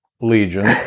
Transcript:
Legion